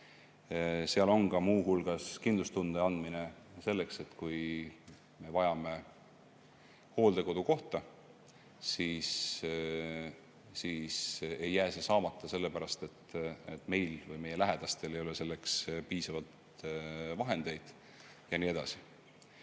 Seal on muu hulgas kindlustunde andmine selleks, et kui me vajame hooldekodukohta, siis ei jää see saamata selle pärast, et meil ja meie lähedastel ei ole selleks piisavalt vahendeid. Ja nii edasi.